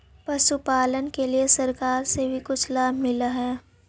पशुपालन के लिए सरकार से भी कुछ लाभ मिलै हई?